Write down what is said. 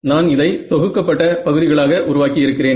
நான் இதை தொகுக்கப்பட்ட பகுதிகளாக உருவாக்கியிருக்கிறேன்